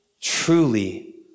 truly